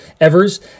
ever's